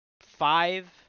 five